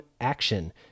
action